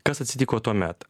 kas atsitiko tuomet